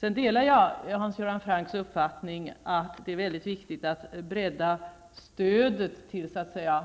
Jag delar Hans Göran Francks uppfattning att det är mycket viktigt att bredda stödet till